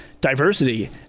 diversity